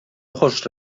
ojos